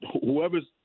whoever's